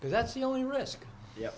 because that's the only risk ye